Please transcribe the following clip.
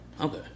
Okay